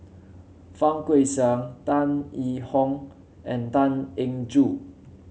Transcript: Fang Guixiang Tan Yee Hong and Tan Eng Joo